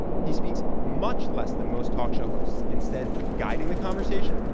he speaks much less than most talk-show hosts instead, guiding the conversation,